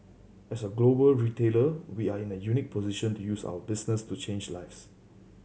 as a global retailer we are in a unique position to use our business to change lives